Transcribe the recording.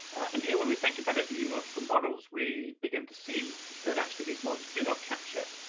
and here, when we think about epidemiological models, we begin to see that actually, these models do not capture